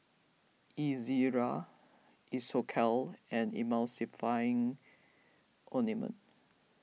Ezerra Isocal and Emulsying Ointment